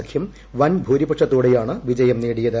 സഖ്യം വൻ ഭൂരിപക്ഷത്തോടെയാണ് വിജയം നേടിയത്